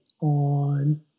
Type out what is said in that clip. on